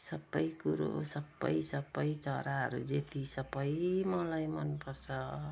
सबै कुरो सबै सबै चराहरू जति सबै मलाई मनपर्छ